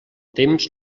temps